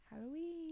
halloween